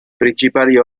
principali